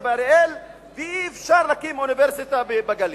באריאל ואי-אפשר להקים אוניברסיטה בגליל?